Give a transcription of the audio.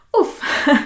oof